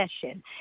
session